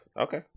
Okay